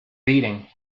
beating